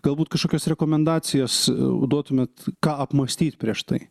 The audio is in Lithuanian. galbūt kažkokias rekomendacijas duotumėt ką apmąstyt prieš tai